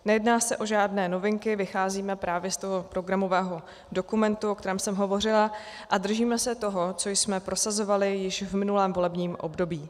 Nejedná se o žádné novinky, vycházíme právě z toho programového dokumentu, o kterém jsem hovořila, a držíme se toho, co jsme prosazovali již v minulém volebním období.